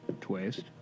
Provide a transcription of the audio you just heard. twist